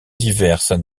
diverses